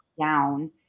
down